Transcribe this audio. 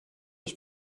ich